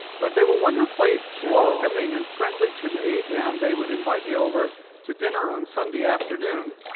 but they were wonderfully welcoming and friendly to me, and they would invite me over to dinner on sunday afternoon,